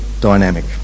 dynamic